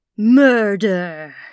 MURDER